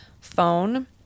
phone